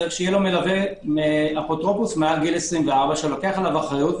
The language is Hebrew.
צריך שיהיה לו מלווה אפוטרופוס מעל גיל 24 שלוקח עליו אחריות,